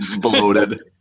bloated